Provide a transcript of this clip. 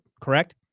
correct